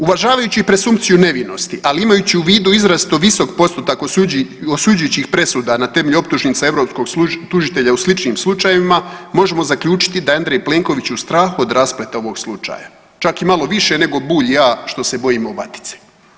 Uvažavajući presumpciju nevinosti, ali imajući u vidu izrazito visok postotak osuđujućih presuda na temelju optužnica europskog tužitelja u sličnim slučajevima, možemo zaključiti da je Andrej Plenković u strahu od raspleta ovog slučaja, čak i malo više nego Bulj i ja što se bojimo vatice.